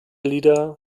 lieder